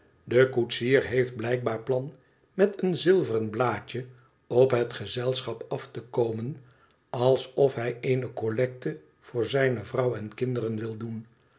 de koetsier heeft blijkbaar plan met een zilveren blaadje op het gezelschap af te komen alsof hij eene collecte voor zijne vrouw en kinderen wil doen